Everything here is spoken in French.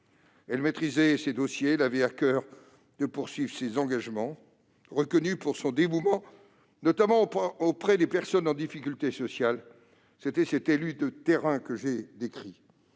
Elle maîtrisait ses dossiers et avait à coeur de poursuivre ses engagements. Reconnue pour son dévouement, notamment auprès des personnes en difficulté sociale, c'était cette élue de terrain que j'ai décrite.